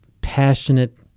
passionate